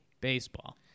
Baseball